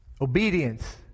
Obedience